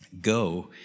Go